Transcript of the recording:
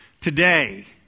today